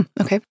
Okay